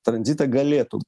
tranzitą galėtų